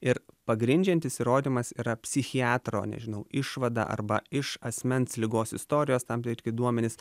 ir pagrindžiantis įrodymas yra psichiatro nežinau išvada arba iš asmens ligos istorijos tam tikri duomenys